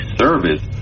service